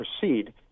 proceed